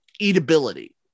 eatability